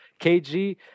KG